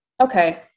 okay